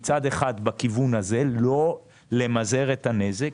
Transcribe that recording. מצד אחד בכיוון הזה למזער הנזק,